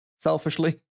Selfishly